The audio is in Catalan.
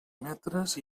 metres